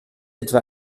etwa